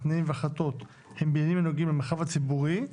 התנאים וההחלטות הם בעניינים הנוגעים למרחב הציבורי"